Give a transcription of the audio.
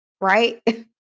right